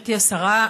גברתי השרה,